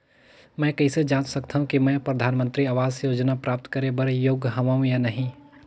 मैं कइसे जांच सकथव कि मैं परधानमंतरी आवास योजना प्राप्त करे बर योग्य हववं या नहीं?